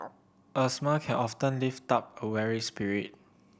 a smile can often lift up a weary spirit